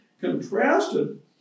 contrasted